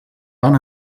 van